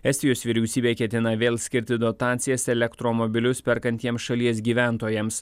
estijos vyriausybė ketina vėl skirti dotacijas elektromobilius perkantiems šalies gyventojams